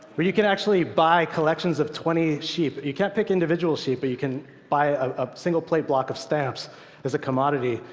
where you can actually buy collections of twenty sheep. you can't pick individual sheep, but you can buy a single plate block of stamps as a commodity.